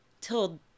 till